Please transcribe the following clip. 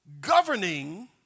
governing